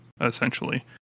essentially